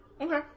Okay